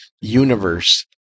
universe